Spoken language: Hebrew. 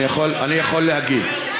אני יכול להגיב.